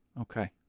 Okay